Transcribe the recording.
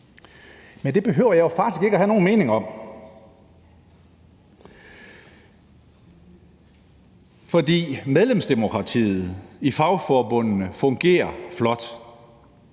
Men det behøver jeg jo faktisk ikke at have nogen mening om, fordi medlemsdemokratiet i fagforbundene fungerer flot.